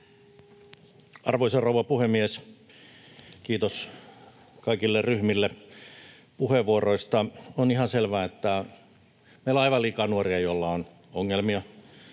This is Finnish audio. Arvoisa rouva puhemies! Kiitos kaikille ryhmille puheenvuoroista. On ihan selvää, että meillä on aivan liikaa nuoria, joilla on ongelmia: